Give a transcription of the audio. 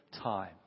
time